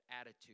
attitude